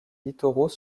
littoraux